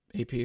AP